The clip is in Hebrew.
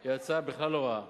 היא הצעה בכלל לא רעה.